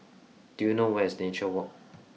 do you know where is Nature Walk